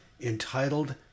entitled